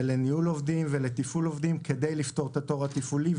לניהול עובדים ולתפעול עובדים כדי לפתור את התור התפעולי,